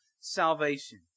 salvation